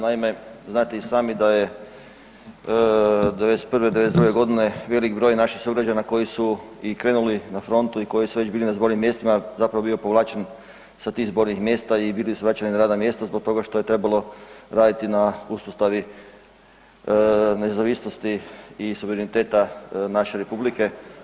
Naime, znate i sami da je '91., '92.g. velik broj naših sugrađana koji su i krenuli na frontu i koji su već bili na zbornim mjestima zapravo bio povlačen sa tih zbornih mjesta i bili su vraćeni na radna mjesta zbog toga što je trebalo raditi na uspostavi nezavisnosti i suvereniteta naše Republike.